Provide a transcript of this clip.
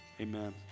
Amen